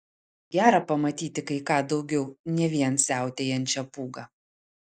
gera pamatyti kai ką daugiau ne vien siautėjančią pūgą